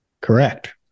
Correct